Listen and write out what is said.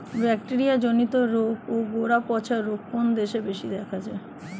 Bacteria জনিত রোগ ও গোড়া পচা রোগ কোন দেশে বেশি দেখা যায়?